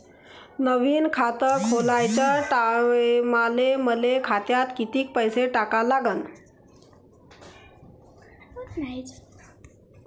नवीन खात खोलाच्या टायमाले मले खात्यात कितीक पैसे टाका लागन?